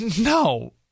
no